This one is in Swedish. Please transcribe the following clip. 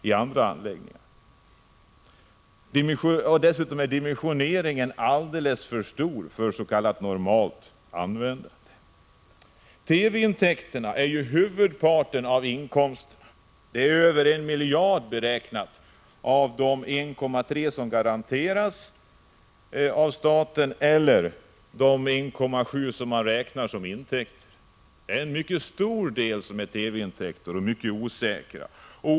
Dessutom är dimensioneringen av anläggningarna alldeles för stor för s.k. normalt användande. Huvudparten av inkomsterna utgörs av TV-intäkter. De är beräknade till över 1 miljard av de 1,3 miljarder som garanteras av staten eller de 1,7 miljarder som man räknar att intäkterna skall uppgå till. En mycket stor del är alltså TV-intäkter, och de inkomsterna är mycket osäkra.